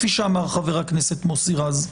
כפי שאמר חבר הכנסת מוסי רז,